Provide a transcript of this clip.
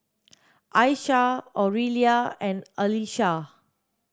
Aisha Aurelia and Allyssa